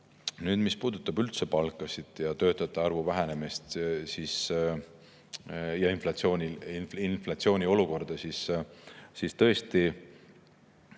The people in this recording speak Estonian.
Nüüd, mis puudutab üldse palkasid, töötajate arvu vähenemist ja inflatsiooniolukorda, siis tõesti,